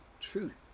truth